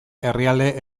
herrialde